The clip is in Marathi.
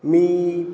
मी